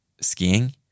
skiing